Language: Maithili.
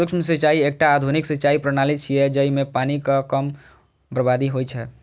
सूक्ष्म सिंचाइ एकटा आधुनिक सिंचाइ प्रणाली छियै, जइमे पानिक कम बर्बादी होइ छै